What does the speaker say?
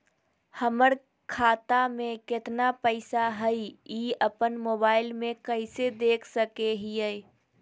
हमर खाता में केतना पैसा हई, ई अपन मोबाईल में कैसे देख सके हियई?